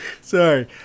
sorry